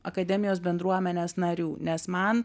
akademijos bendruomenės narių nes man